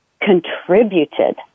contributed